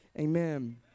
amen